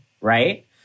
right